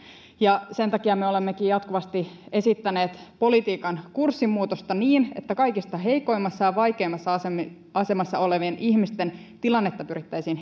sen takia me olemmekin jatkuvasti esittäneet politiikan kurssin muutosta niin että kaikista heikoimmassa ja vaikeimmassa asemassa asemassa olevien ihmisten tilannetta pyrittäisiin